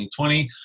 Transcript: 2020